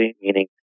meaning